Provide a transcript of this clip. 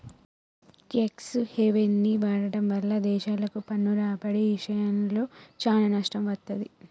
tax హెవెన్ని వాడటం వల్ల దేశాలకు పన్ను రాబడి ఇషయంలో చానా నష్టం వత్తది